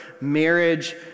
marriage